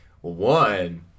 One